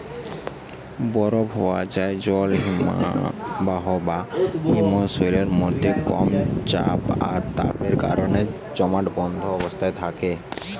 বরফ হোয়ে যায়া জল হিমবাহ বা হিমশৈলের মধ্যে কম চাপ আর তাপের কারণে জমাটবদ্ধ অবস্থায় থাকে